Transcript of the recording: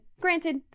granted